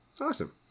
Awesome